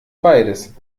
beides